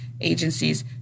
agencies